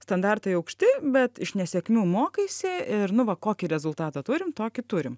standartai aukšti bet iš nesėkmių mokaisi ir nu va kokį rezultatą turim tokį turim